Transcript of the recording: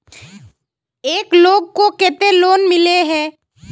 एक लोग को केते लोन मिले है?